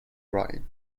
brian